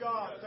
God